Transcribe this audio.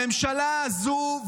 הממשלה הזו,